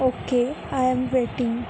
okay I am waiting